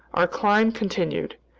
our climb continued.